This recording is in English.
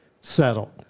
settled